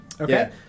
Okay